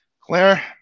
Claire